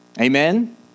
Amen